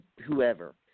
whoever